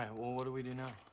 and well, what do we do now?